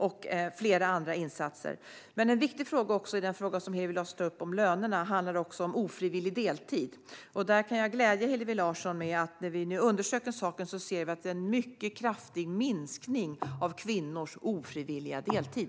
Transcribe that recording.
Vi har även flera andra insatser. En viktig fråga i det som Hillevi Larsson tar upp och som gäller lönerna är också ofrivillig deltid. Jag kan glädja Hillevi Larsson med att när vi nu har undersökt saken har vi sett en mycket kraftig minskning av kvinnors ofrivilliga deltid.